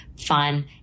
fun